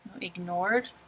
ignored